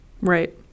right